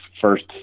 first